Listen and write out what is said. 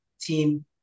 team